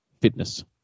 fitness